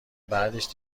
بعدش